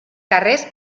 carrers